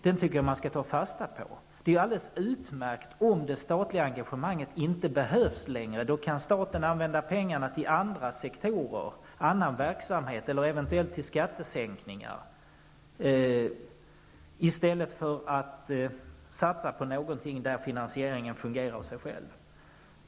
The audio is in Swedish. Det är alldeles utmärkt om det statliga engagemanget inte längre behövs. Då kan staten använda pengarna till andra sektorer, annan verksamhet, eller eventuellt till skattesänkningar i stället för att satsa på något där finansieringen fungerar av sig självt.